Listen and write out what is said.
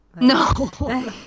no